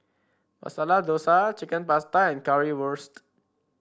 Masala Dosa Chicken Pasta and Currywurst